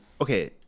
okay